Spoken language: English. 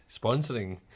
Sponsoring